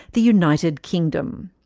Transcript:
the united kingdom.